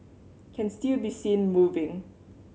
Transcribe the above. can still be seen moving